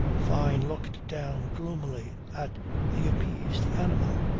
fyne looked down gloomily at the appeased animal,